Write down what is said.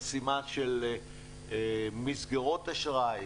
חסימה של מסגרות אשראי,